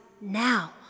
now